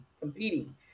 competing